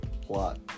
plot